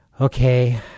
okay